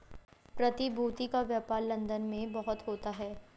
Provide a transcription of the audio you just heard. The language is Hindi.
प्रतिभूति का व्यापार लन्दन में बहुत होता है